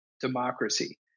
democracy